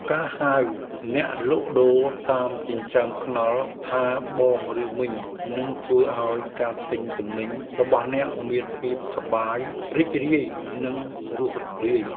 ការហៅអ្នកលក់ដូរតាមចិញ្ចើមថ្នល់ថាបងឬមីងនឹងធ្វើឱ្យការទិញទំនិញរបស់អ្នកមានភាពសប្បាយរីករាយនិងរួសរាយ។